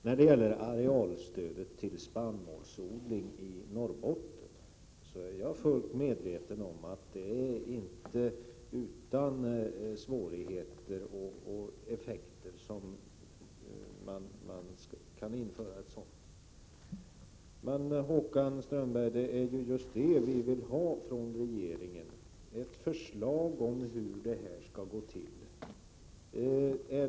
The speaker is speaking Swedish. När det gäller arealstödet till spannmålsodling i Norrbotten är jag fullt medveten om att man inte utan svårigheter och effekter kan införa ett sådant. Men, Håkan Strömberg, det är just det vi vill ha från regeringen: Ett förslag om hur detta skall gå till.